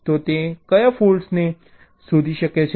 તો તે કયા ફૉલ્ટોને શોધી શકે છે